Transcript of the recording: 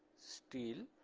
steel,